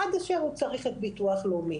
עד אשר הוא צריך את ביטוח לאומי.